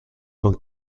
con